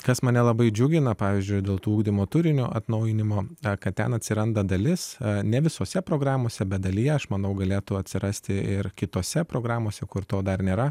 kas mane labai džiugina pavyzdžiui dėl to ugdymo turinio atnaujinimo kad ten atsiranda dalis ne visose programose bet dalyje aš manau galėtų atsirasti ir kitose programose kur to dar nėra